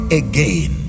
again